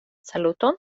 saluton